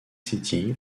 city